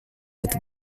with